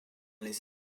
les